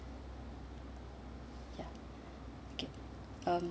um